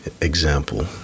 example